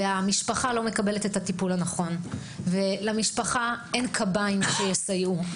המשפחות לא מקבלות את הטיפול הנכון ואין להן קביים שיסייעו.